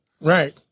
Right